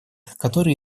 который